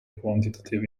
quantitative